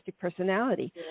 personality